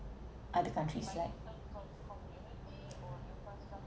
other countries like